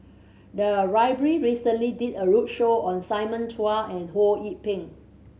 the library recently did a roadshow on Simon Chua and Ho Yee Ping